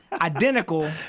identical